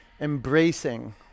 embracing